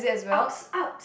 ups ups